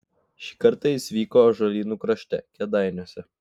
šį kartą jis vyko ąžuolynų krašte kėdainiuose